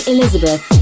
Elizabeth